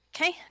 Okay